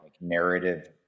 narrative